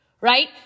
Right